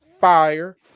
fire